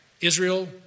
Israel